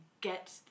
get